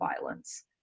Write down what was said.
violence